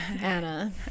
Anna